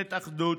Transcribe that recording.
ממשלת אחדות,